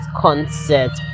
concert